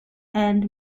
and